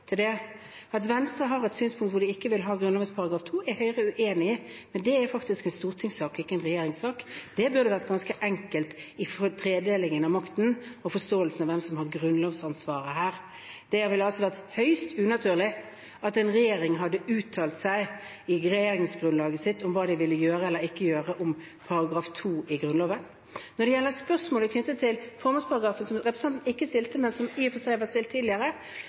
om det. At Venstre har det synspunktet at de ikke vil ha § 2 i Grunnloven, er Høyre uenig i, men det er faktisk en stortingssak og ikke en regjeringssak. Det burde være ganske enkelt, når det gjelder tredelingen av makten, å forstå hvem som har grunnlovsansvaret. Det ville vært høyst unaturlig at en regjering hadde uttalt seg i regjeringsgrunnlaget sitt om hva man ville gjøre eller ikke gjøre med § 2 i Grunnloven. Når det gjelder spørsmålet knyttet til formålsparagrafen, som representanten ikke stilte, men som i og for seg er stilt tidligere,